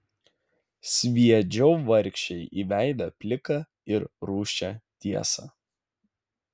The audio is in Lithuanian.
sviedžiau vargšei į veidą pliką ir rūsčią tiesą